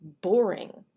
boring